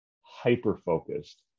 hyper-focused